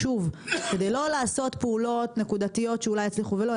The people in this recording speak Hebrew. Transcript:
כדי לא לעשות פעולות נקודתיות שאולי יצליחו או לא,